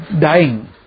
dying